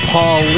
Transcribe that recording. Paul